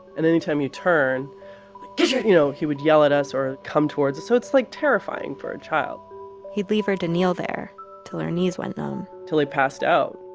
and any time you'd turn, get your you know, he would yell at us or come towards us. so it's, like, terrifying for a child he'd leave her to kneel there till her knees went numb till i passed out.